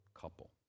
couple